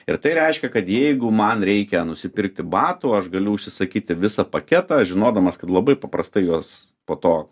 ir tai reiškia kad jeigu man reikia nusipirkti batų aš galiu užsisakyti visą paketą žinodamas kad labai paprastai juos po to